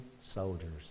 soldiers